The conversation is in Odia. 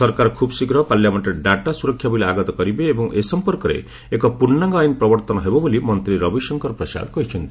ସରକାର ଖୁବ୍ ଶୀଘ୍ର ପାର୍ଲମେଙ୍କରେ ଡାଟା ସୁରକ୍ଷା ବିଲ୍ ଆଗତ କରିବେ ଏବଂ ଏ ସମ୍ପର୍କରେ ଏକ ପ୍ରର୍ଷାଙ୍ଗ ଆଇନ ପ୍ରବର୍ତ୍ତନ ହେବ ବୋଲି ମନ୍ତ୍ରୀ ରବିଶଙ୍କର ପ୍ରସାଦ କହିଛନ୍ତି